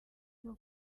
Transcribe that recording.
bwo